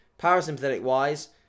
Parasympathetic-wise